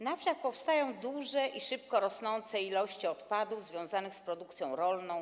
Na wsiach powstają duże i szybko rosnące ilości odpadów związanych z produkcją rolną.